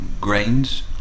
grains